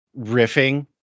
riffing